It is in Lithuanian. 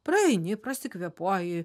praeini prasikvėpuoji